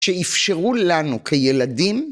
שאיפשרו לנו כילדים